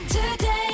Today